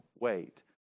wait